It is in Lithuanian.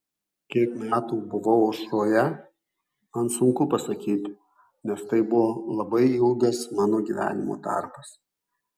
kiek metų buvau aušroje man sunku pasakyti nes tai buvo labai ilgas mano gyvenimo tarpas